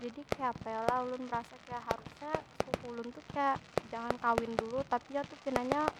Jadi kayapa yo lah? Kaya ulun rasa kaya harusnya, sepupu ulun tu kaya jangan kawin dulu. tapi nya tu pinanya